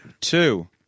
Two